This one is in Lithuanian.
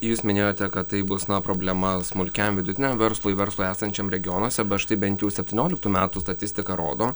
jūs minėjote kad tai bus na problema smulkiam vidutiniam verslui verslui esančiam regionuose bet štai bent jau septynioliktų metų statistika rodo